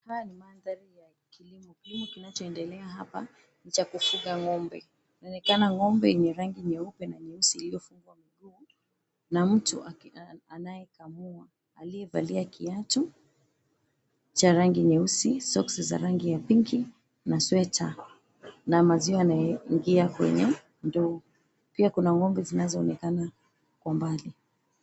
Haya ni mandhari ya kilimo. Kilimo kinachoendelea hapa ni cha kufuga ng'ombe. Inaonekana ng'ombe yenye rangi nyeupe na nyeusi iliyofungwa miguu na mtu anayekamua, aliyevaa kiatu cha rangi nyeusi, soksi za rangi ya pinki na sweta na maziwa yanaingia kwenye ndoo. Pia kuna ng'ombe zinazoonekana kwa mbali.